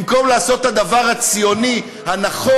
במקום לעשות את הדבר הציוני הנכון,